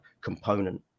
component